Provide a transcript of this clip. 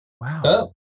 Wow